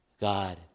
God